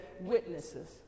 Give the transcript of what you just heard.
witnesses